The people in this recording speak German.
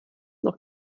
noch